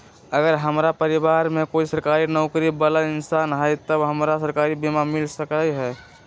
अगर हमरा परिवार में कोई सरकारी नौकरी बाला इंसान हई त हमरा सरकारी बीमा मिल सकलई ह?